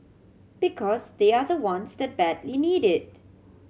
because they are the ones that badly need it